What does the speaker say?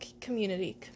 community